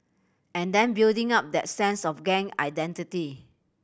and then building up that sense of gang identity